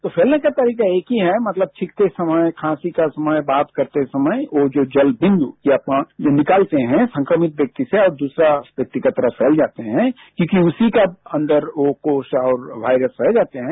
तो फैलने का तारीका एक ही है मतलब छीखते समय खांसी के समय बात करते समय ओ जो जल बिन्दु जो लिकालते है संक्रमित व्यक्ति से और दुसरे व्यक्ति की तरफ फैल जाते हैं क्योंकि उसी का अंदर ओ कोस और वायरस पाये जाते हैं